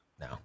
No